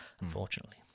unfortunately